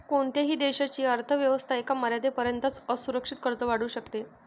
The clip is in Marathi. कोणत्याही देशाची अर्थ व्यवस्था एका मर्यादेपर्यंतच असुरक्षित कर्ज वाढवू शकते